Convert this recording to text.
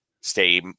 stay